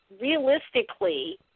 realistically –